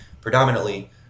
predominantly